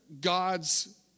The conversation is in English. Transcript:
gods